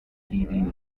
heating